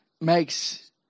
makes